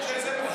לא כתוב שזה,